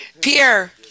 Pierre